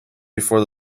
before